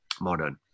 modern